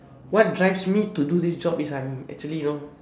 what drives me to do this job is I am actually know